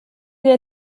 der